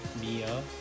Mia